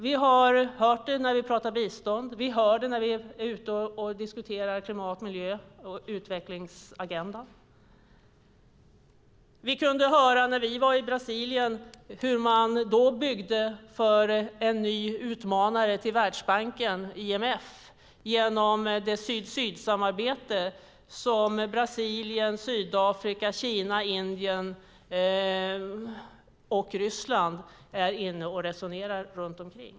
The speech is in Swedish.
Vi har hört det när vi pratar bistånd, och vi hör det när vi är ute och diskuterar klimat, miljö och utvecklingsagenda. Vi kunde höra när vi var i Brasilien hur man då byggde för en ny utmanare till Världsbanken, IMF, genom det syd-syd-samarbete som Brasilien, Sydafrika, Kina, Indien och Ryssland är inne och resonerar om.